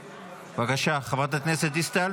בבקשה, חברת הכנסת דיסטל,